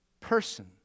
person